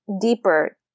deeper